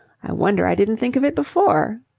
i wonder i didn't think of it before.